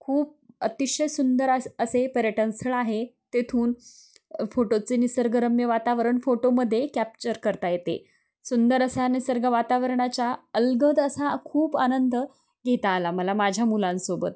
खूप अतिशय सुंदर असं असे पर्यटन स्थळ आहे तेथून फोटोचे निसर्गरम्य वातावरण फोटोमध्ये कॅप्चर करता येते सुंदर असा निसर्ग वातावरणाच्या अलगद असा खूप आनंद घेता आला मला माझ्या मुलांसोबत